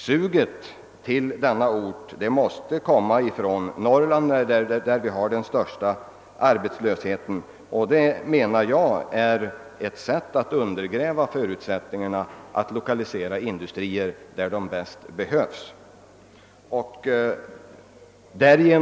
Suget av arbetskraft till denna ort måste göra sig mest gällande i Norrland, där vi har den största arbetslösheten. Detta anser jag är ett sätt att undergräva förutsättningarna för att lokalisera industrier dit där de bäst behövs.